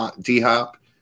D-Hop